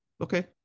okay